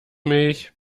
mich